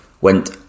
went